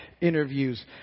interviews